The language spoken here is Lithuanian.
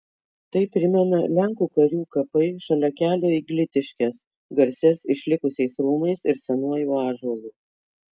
tai primena lenkų karių kapai šalia kelio į glitiškes garsias išlikusiais rūmais ir senuoju ąžuolu